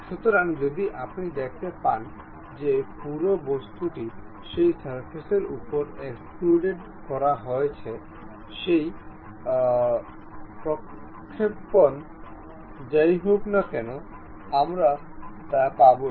সুতরাং যদি আপনি দেখতে পান যে পুরো বস্তুটি সেই সারফেসের উপরে এক্সট্রুডেড করা হয়েছে সেই প্রক্ষেপণ যা ই হোক না কেন আমরা তা পাবই